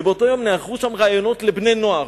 ובאותו יום נערכו שם ראיונות לבני-נוער.